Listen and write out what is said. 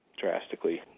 drastically